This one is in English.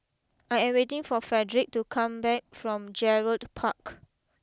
I am waiting for Fredric to come back from Gerald Park